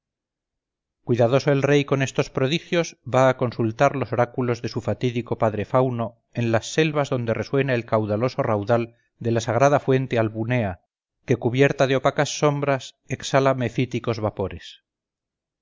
cuidadoso el rey con estos prodigios va a consultar los oráculos de su fatídico padre fauno en las selvas donde resuena el caudaloso raudal de la sagrada fuente albunea que cubierta de opacas sombras exhala mefíticos vapores